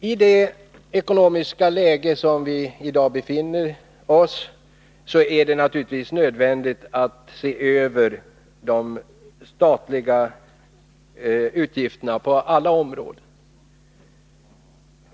I det ekonomiska läge som vi nu befinner oss i är det självfallet nödvändigt att se över de statliga utgifterna på alla områden.